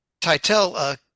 Titel